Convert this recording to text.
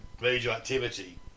radioactivity